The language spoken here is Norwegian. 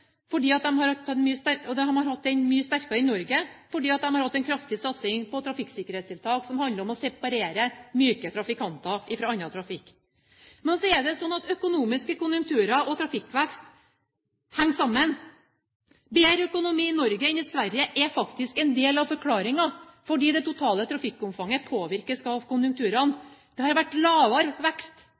fordi de har hatt en kraftig satsing på trafikksikkerhetstiltak som handler om å separere myke trafikanter fra annen trafikk. Et tredje forhold er at økonomiske konjunkturer og trafikkvekst henger sammen. Bedre økonomi i Norge enn i Sverige er faktisk en del av forklaringen, fordi det totale trafikkomfanget påvirkes av konjunkturene. Det har vært lavere vekst